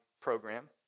program